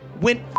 went